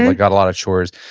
and got a lot of chores,